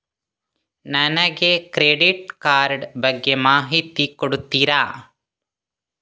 ನನಗೆ credit card ಬಗ್ಗೆ ಮಾಹಿತಿ ಕೊಡುತ್ತೀರಾ?